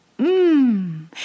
mmm